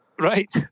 Right